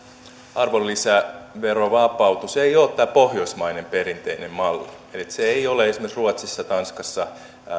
arvonlisäverovapautus ei ole tämä pohjoismainen perinteinen malli eli se ei ole esimerkiksi ruotsissa tai tanskassa